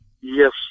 Yes